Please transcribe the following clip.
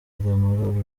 muri